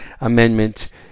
Amendment